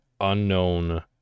unknown